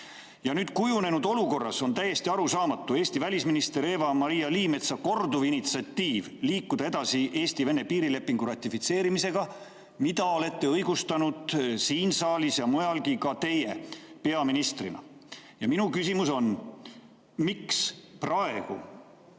Kujunenud olukorras on täiesti arusaamatu Eesti välisministri Eva-Maria Liimetsa korduv initsiatiiv liikuda edasi Eesti-Vene piirilepingu ratifitseerimisega, mida olete õigustanud siin saalis ja mujalgi ka teie peaministrina. Minu küsimus on: miks praegu,